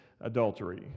adultery